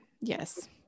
yes